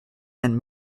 and